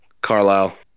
Carlisle